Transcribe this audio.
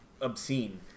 obscene